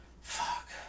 Fuck